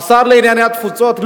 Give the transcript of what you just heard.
השר לענייני התפוצות,